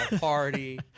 party